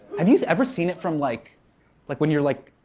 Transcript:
and you ever seen it from like like when you're like,